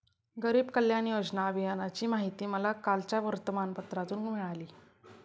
गरीब कल्याण योजना अभियानाची माहिती मला कालच्या वर्तमानपत्रातून मिळाली